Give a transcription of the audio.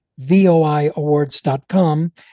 voiawards.com